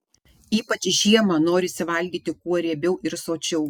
ypač žiemą norisi valgyti kuo riebiau ir sočiau